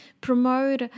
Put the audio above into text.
promote